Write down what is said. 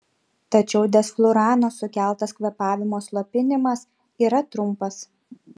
tačiau desflurano sukeltas kvėpavimo slopinimas yra trumpas